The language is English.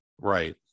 Right